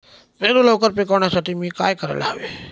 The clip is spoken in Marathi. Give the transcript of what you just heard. पेरू लवकर पिकवण्यासाठी मी काय करायला हवे?